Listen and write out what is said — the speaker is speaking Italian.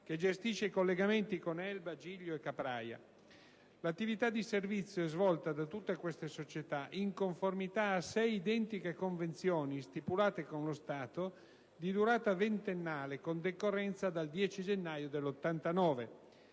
che gestisce i collegamenti con Elba, Giglio e Capraia. L'attività di servizio è svolta da tutte queste società in conformità a sei identiche convenzioni stipulate con lo Stato di durata ventennale, con decorrenza dal 10 gennaio 1989.